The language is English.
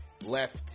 left